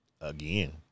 again